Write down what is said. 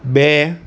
બે